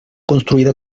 construida